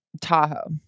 Tahoe